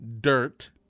dirt